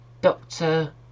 Doctor